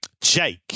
Jake